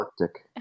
Arctic